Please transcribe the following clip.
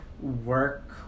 Work